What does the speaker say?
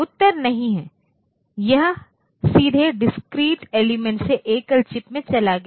उत्तर नहीं है यह सीधे डिस्क्रीट एलिमेंट से एकल चिप में चला गया